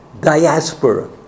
diaspora